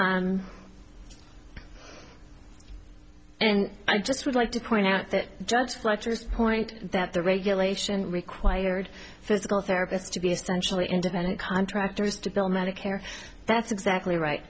and i just would like to point out that judge fletcher's point that the regulation required physical therapists to be essentially independent contractors to bill medicare that's exactly right